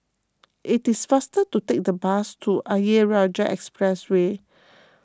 it is faster to take the bus to Ayer Rajah Expressway